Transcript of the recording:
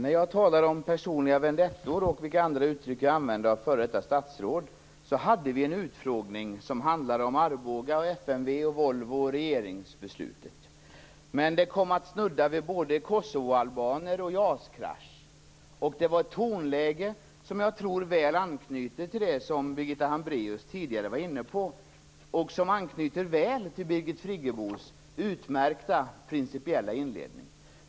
Fru talman! När det gäller personliga vendettor, och vilka andra uttryck jag använder om f.d. statsråd, hade vi en utfrågning om Arboga, FMV, Volvo och regeringsbeslutet. Men den kom att snudda både vid kosovoalbaner och JAS-krasch. Det var ett tonläge som väl anknyter till det som Birgitta Hambraeus tidigare var inne på, och som väl anknyter till Birgit Friggebos utmärkta principiella inledning.